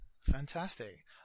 Fantastic